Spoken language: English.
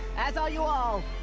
as are you all.